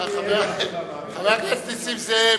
חבר הכנסת נסים זאב.